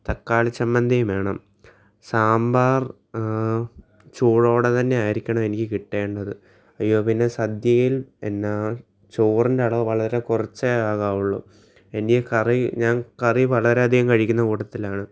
തക്കാളി ചമ്മന്തിയും വേണം സാമ്പാർ ചൂടോടെ തന്നെ ആയിരിക്കണം എനിക്ക് കിട്ടേണ്ടത് അയ്യോ പിന്നെ സദ്യയിൽ എന്നാൽ ചൊറിൻ്റെ അളവ് വളരെ കുറച്ചേ ആകാവുള്ളൂ എനിക്ക് കറി ഞാൻ കറി വളരെ അധികം കഴിക്കുന്ന കൂട്ടത്തിലാണ്